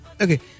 okay